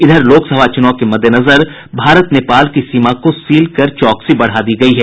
इधर लोकसभा चुनाव के मद्देनजर भारत नेपाल की सीमा को सील कर चौकसी बढ़ा दी गयी है